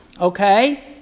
okay